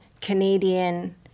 Canadian